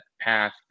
path